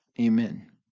Amen